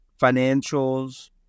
financials